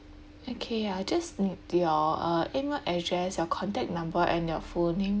okay I just need your uh email address your contact number and your full name